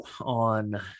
on